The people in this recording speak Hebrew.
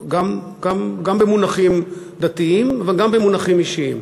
גם במונחים דתיים, אבל גם במונחים אישיים.